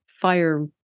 fire